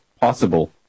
possible